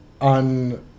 on